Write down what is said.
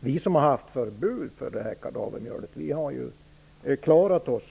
Det verkar som om vi som har haft förbud för kadavermjölet hittills har klarat oss.